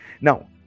Now